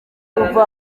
kuva